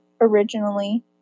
originally